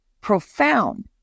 profound